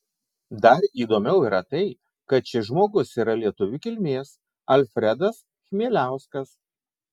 dar įdomiau yra tai kad šis žmogus yra lietuvių kilmės alfredas chmieliauskas